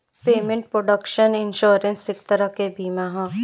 payment protection insurance एक तरह के बीमा ह